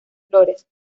flores